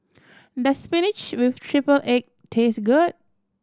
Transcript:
does spinach with triple egg taste good